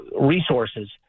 resources